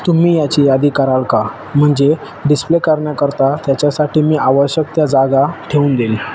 तुम्ही याची यादी कराल का म्हणजे डिस्प्ले करण्याकरता त्याच्यासाठी मी आवश्यक त्या जागा ठेवून देईल